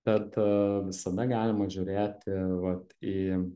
bet visada galima žiūrėti vat į